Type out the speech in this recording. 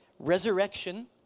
Resurrection